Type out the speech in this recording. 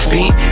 Beat